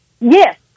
Yes